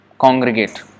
congregate